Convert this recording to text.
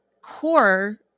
core